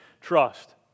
trust